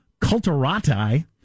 culturati